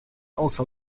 also